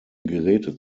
geräte